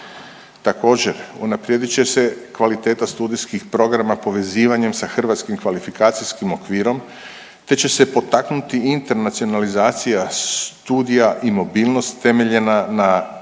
Također, unaprijedit će se kvaliteta studijskih programa povezivanjem sa Hrvatskim kvalifikacijskim okvirom te će se potaknuti internacionalizacija studija i mobilnost temeljena na izravnoj